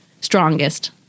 strongest